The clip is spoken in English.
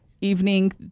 evening